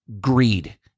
greed